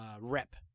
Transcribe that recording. rep